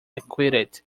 acquitted